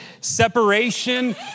separation